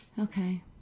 Okay